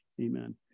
Amen